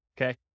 Okay